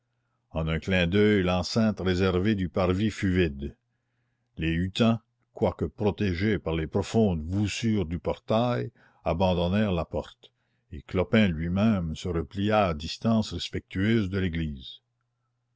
en un clin d'oeil l'enceinte réservée du parvis fut vide les hutins quoique protégés par les profondes voussures du portail abandonnèrent la porte et clopin lui-même se replia à distance respectueuse de l'église